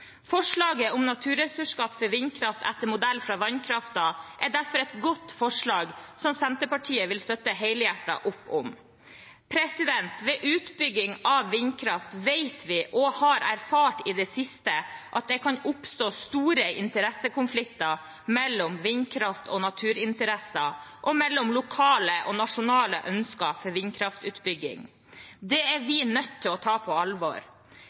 Forslaget om naturressursskatt for vindkraft etter modell av vannkraften er derfor et godt forslag, som Senterpartiet vil støtte helhjertet opp om. Ved utbygging av vindkraft vet vi – og har erfart i det siste – at det kan oppstå store interessekonflikter mellom vindkraft og naturinteresser og mellom lokale og nasjonale ønsker for vindkraftutbygging. Det er vi nødt til å ta på alvor.